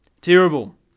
Terrible